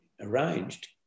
arranged